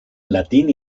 latín